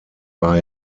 war